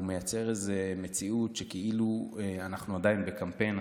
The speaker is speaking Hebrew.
מייצר מציאות שכאילו אנחנו עדיין בקמפיין.